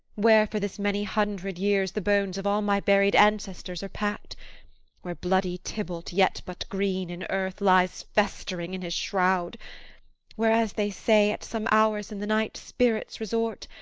where, for this many hundred years, the bones of all my buried ancestors are pack'd where bloody tybalt, yet but green in earth, lies festering in his shroud where, as they say, at some hours in the night spirits resort